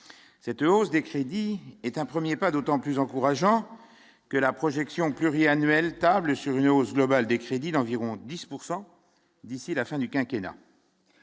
Cette hausse des crédits est un 1er pas d'autant plus encourageant que la projection pluriannuelle tablent sur une hausse globale des crédits d'environ 10 pourcent d'ici la fin du quinquennat.